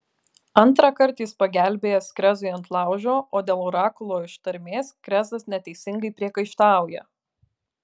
antrąkart jis pagelbėjęs krezui ant laužo o dėl orakulo ištarmės krezas neteisingai priekaištauja